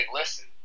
listen